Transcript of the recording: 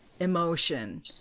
emotion